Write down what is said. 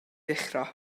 ddechrau